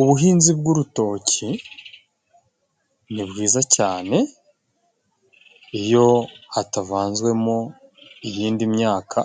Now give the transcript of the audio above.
Ubuhinzi bw'urutoki ni bwiza cyane, iyo hatavanzwemo iyindi myaka